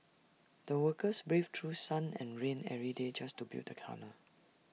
the workers braved through sun and rain every day just to build the tunnel